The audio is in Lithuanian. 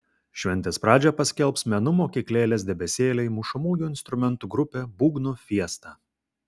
šventės pradžią paskelbs menų mokyklėlės debesėliai mušamųjų instrumentų grupė būgnų fiesta